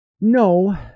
No